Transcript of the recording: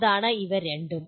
ഇതാണ് ഇവ രണ്ടും